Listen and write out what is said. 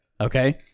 Okay